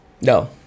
No